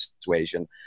persuasion